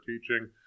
teaching